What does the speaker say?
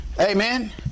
Amen